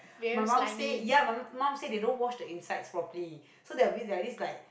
my mum said ya my mum said they don't wash the inside properly so that will be a bit like